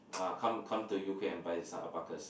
ah come come to U_K and buy this alpacas